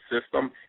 system